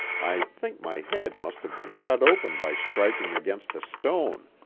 i think my head must have been cut open by striking against a stone,